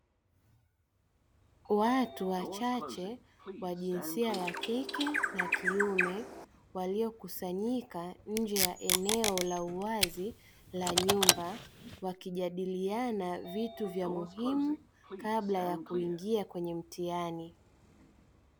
Watu wachache wa jinsia ya kike na kiume waliokusanyika nje ya eneo la uwazi la nyumba, wakijadiliana vitu vya muhimu kabla ya kuingia kwenye mtihani.